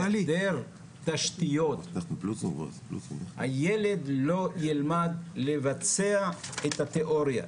בהיעדר תשתיות הילד לא ילמד לבצע את התיאוריה.